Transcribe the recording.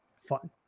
fun